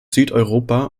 südeuropa